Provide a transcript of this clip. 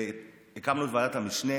והקמנו את ועדת המשנה